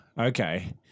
okay